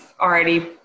already